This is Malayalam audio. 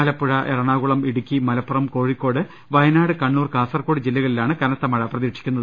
ആലപ്പുഴ എറണാകുളം ഇടുക്കി മലപ്പുറം കോഴിക്കോട് വയനാട് കണ്ണൂർ കാസർകോട് ജില്ലകളിലാണ് കനത്ത മഴ പ്രതീക്ഷിക്കുന്നത്